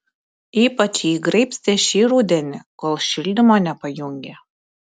ypač jį graibstė šį rudenį kol šildymo nepajungė